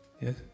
Yes